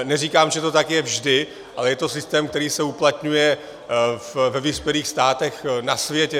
Neříkám, že to tak je vždy, ale je to systém, který se uplatňuje ve vyspělých státech na světě.